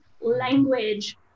language